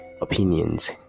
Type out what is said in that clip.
opinions